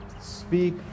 speak